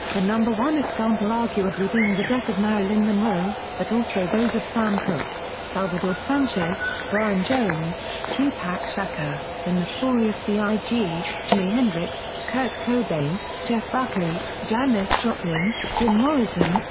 the number one example arguably being the death of marilyn monroe, but also those of sam cooke, salvador sanchez, brian jones, tupac shakur, the notorious b i g, jimi hendrix, kurt cobain, jeff buckley, janis joplin, jim morrison,